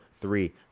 Three